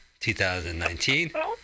2019